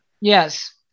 Yes